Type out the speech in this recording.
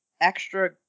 extra